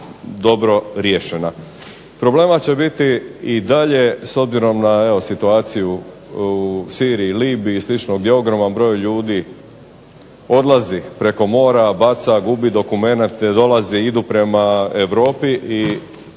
dobro riješena. Problema će biti i dalje s obzirom na situaciju u Siriji i Libiji i slično, gdje ogroman broj ljudi odlazi preko mora, baca, gubi dokument, ne dolazi, idu prema Europi i